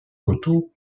coteaux